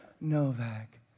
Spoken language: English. Novak